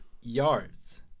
yards